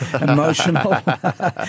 emotional